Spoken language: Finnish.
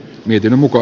miten muka